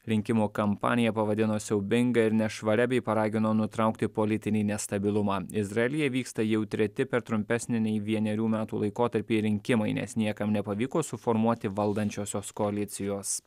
rinkimų kampaniją pavadino siaubinga ir nešvaria bei paragino nutraukti politinį nestabilumą izraelyje vyksta jau treti per trumpesnį nei vienerių metų laikotarpį rinkimai nes niekam nepavyko suformuoti valdančiosios koalicijos